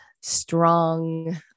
strong